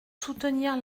soutenir